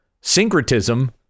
Syncretism